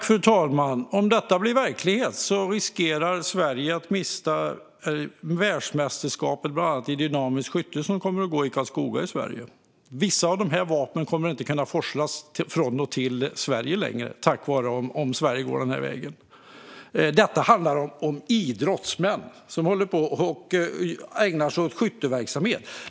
Fru talman! Om detta blir verklighet riskerar Sverige att mista världsmästerskapet, i bland annat dynamiskt skytte, i Karlskoga. Vissa av dessa vapen kommer inte att kunna forslas från och till Sverige längre om Sverige går den här vägen. Detta handlar om idrottsmän som ägnar sig åt skytteverksamhet.